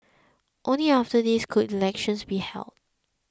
only after this could elections be held